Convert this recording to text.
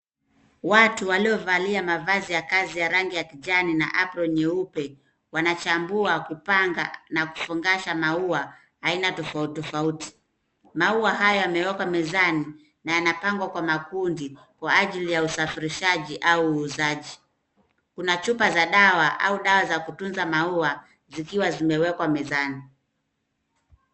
Watu waliovalia mavazi ya kazi ya rangi ya kijani na aproni nyeupe, wanachambua, kupanga, na kufungasha maua, aina tofauti tofauti. Maua haya yamewekwa mezani, na yanapangwa kwa makundi, kwa ajili ya usafirishaji au uuzaji. Kuna chupa za dawa au dawa za kutunza maua, zikiwa zimewekwa mezani.